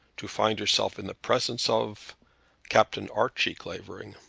to find herself in the presence of captain archie clavering.